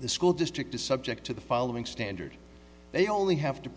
the school district is subject to the following standard they only have to